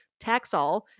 taxol